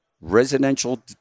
residential